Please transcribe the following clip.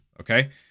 okay